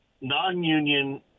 non-union